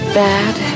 bad